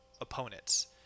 opponents